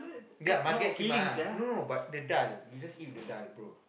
ya must keema no but the daal you just eat the daal bro